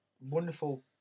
wonderful